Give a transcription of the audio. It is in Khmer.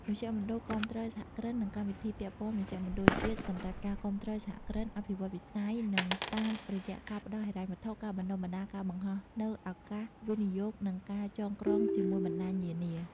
មជ្ឈមណ្ឌលគាំទ្រសហគ្រិន និងកម្មវិធីពាក់ព័ន្ធមជ្ឈមណ្ឌលជាតិសម្រាប់ការគាំទ្រសហគ្រិន អភិវឌ្ឍវិស័យ និង តាមរយៈការផ្ដល់ហិរញ្ញវត្ថុ ការបណ្តុះបណ្តាលការបង្ហោះនូវឱកាសវិនិយោគ និងការចងក្រងជាមួយ បណ្តាញនានា។